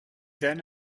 then